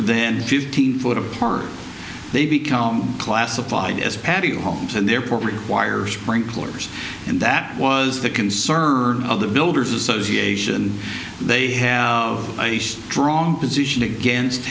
then fifteen foot apart they become classified as patio homes and therefore require sprinklers and that was the concern of the builders association they have a strong position against